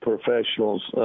professionals